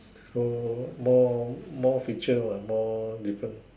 so more more more feature lah more different